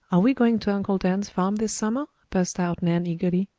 are we going to uncle dan's farm this summer? burst out nan eagerly.